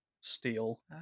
steel